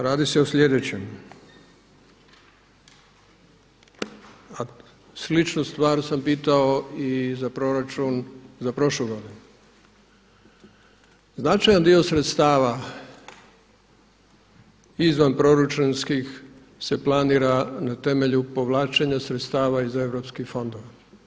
Radi se o slijećem, a sličnu stvar sam pitao i za proračun za prošlu godinu, značajan dio sredstava izvanproračunskih se planira na temelju povlačenja sredstava iz europskih fondova.